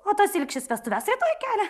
o tas ilgšis vestuves rytoj kelia